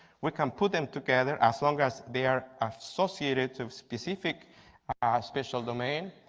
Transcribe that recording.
we can put them together as long as they are associated to a specific special domain.